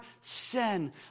sin